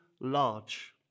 large